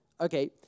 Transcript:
Okay